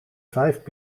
vijf